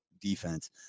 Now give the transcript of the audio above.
defense